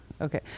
Okay